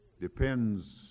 depends